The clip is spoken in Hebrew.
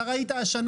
איך אנחנו נקרא לזה?